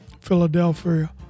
Philadelphia